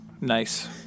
nice